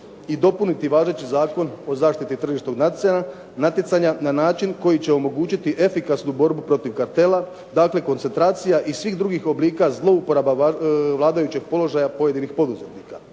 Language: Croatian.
i dopuniti važeći Zakon o zaštiti tržišnog natjecanja na način koji će omogućiti efikasnu borbu protiv kartela, dakle koncentracija i svih drugih oblika zlouporaba vladajućeg položaja pojedinih poduzetnika.